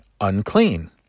unclean